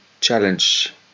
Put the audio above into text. challenge